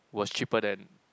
was cheaper then